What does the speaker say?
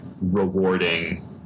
rewarding